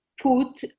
put